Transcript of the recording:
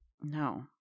No